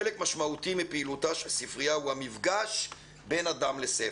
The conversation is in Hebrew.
חלק משמעותי מפעילותה של הספרייה הוא המפגש בין אדם לספר.